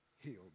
healed